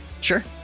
Sure